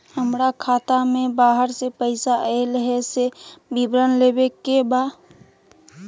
हमरा खाता में बाहर से पैसा ऐल है, से विवरण लेबे के बा?